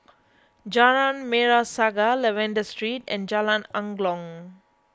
Jalan Merah Saga Lavender Street and Jalan Angklong